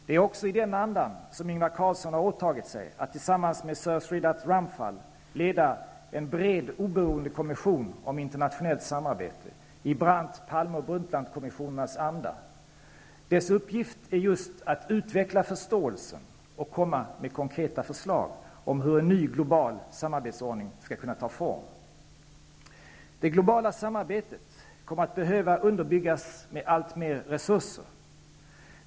Det är också i den andan som Ingvar Carlsson har åtagit sig att tillsammans med Sir Shridath Ramphal leda en bred oberoende kommission om internationellt samarbete, i Brandt-, Palme och Brundtlandkommissionernas anda. Dess uppgift är just att utveckla förståelsen och att komma med konkreta förslag om hur en ny global samarbetsordning skall kunna ta form. Det globala samarbetet kommer att behöva underbyggas med alltmer resurser.